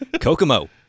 Kokomo